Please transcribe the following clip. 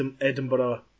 Edinburgh